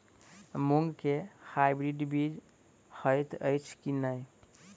मूँग केँ हाइब्रिड बीज हएत अछि की नै?